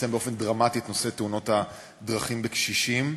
באופן דרמטי את נושא תאונות הדרכים בקרב קשישים.